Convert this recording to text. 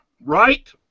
right